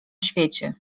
świecie